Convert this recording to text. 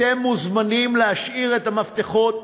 אתם מוזמנים להשאיר את המפתחות,